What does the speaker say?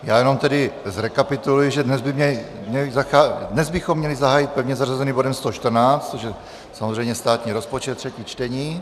Já jenom tedy zrekapituluji, že dnes bychom měli zahájit pevně zařazeným bodem 114, což je samozřejmě státní rozpočet, třetí čtení.